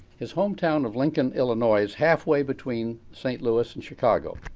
his hometown of lincoln, illinois halfway between st. louis and chicago.